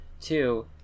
Two